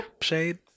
Shade